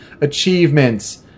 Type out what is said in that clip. achievements